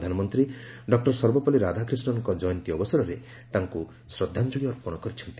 ପ୍ରଧାନମନ୍ତ୍ରୀ' ଡକ୍ଟର ସର୍ବପଲ୍ଲୀ ରାଧାକ୍ରିଷ୍ଣନଙ୍କ ଜୟନ୍ତୀ ଅବସରରେ ତାଙ୍କୁ ଶ୍ୱଦ୍ଧାଞ୍ଜଳି ଅର୍ପଣ କରିଛନ୍ତି